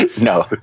No